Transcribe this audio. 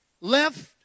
left